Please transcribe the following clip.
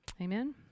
Amen